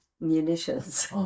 munitions